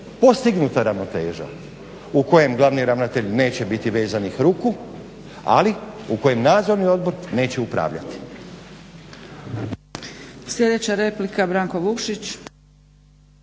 postignuta ravnoteža u kojem glavni ravnatelj neće biti vezanih ruku, ali u kojem Nadzorni odbor neće upravljati.